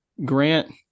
Grant